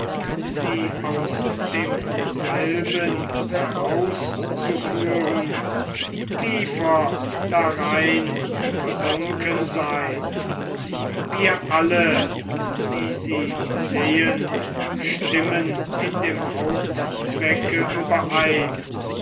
sie aus demselben herauszuführen tiefer darein versunken sein wir alle wie sie sehen stimmen in dem hauptzwecke